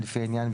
לפי העניין,